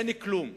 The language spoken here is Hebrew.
אין כלום.